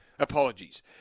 Apologies